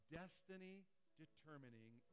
destiny-determining